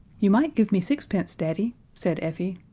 you might give me sixpence, daddy, said effie,